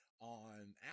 on